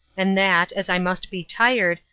and that, as i must be tired,